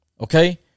okay